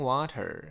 Water，